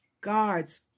God's